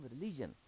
religion